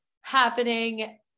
happening